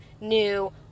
new